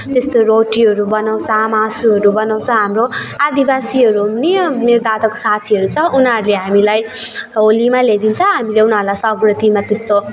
त्यस्तो रोटीहरू बनाउँछ मासुहरू बनाउँछ हाम्रो आदिबासीहरू पनि मेरो दादाको साथीहरू छ उनीहरूले हामीलाई होलीमा ल्याइदिन्छ हामीले उनीहरूलाई सक्रान्तिमा त्यस्तो